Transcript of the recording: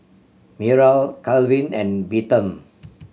Myrle Calvin and Bethann